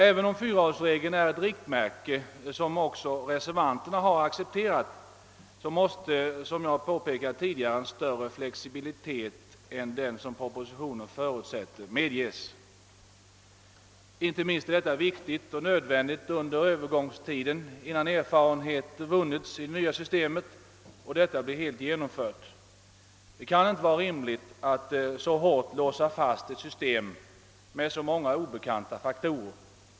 Även om fyraårsregeln är ett riktmärke, som också reservanterna accepterat, måste — som jag tidigare påpekat — en större flexibilitet än den som propositionen förutsätter medges. Inte minst är detta viktigt och nödvändigt under övergångstiden innan erfarenhet vunnits av det nya systemet och detta blivit helt genomfört. Det kan inte vara rimligt att så hårt låsa fast ett system med så många obekanta faktorer.